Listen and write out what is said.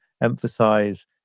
emphasize